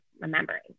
remembering